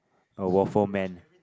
a waffle man